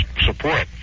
support